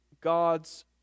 God's